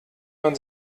man